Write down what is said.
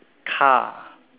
car